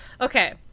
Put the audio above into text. okay